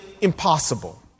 impossible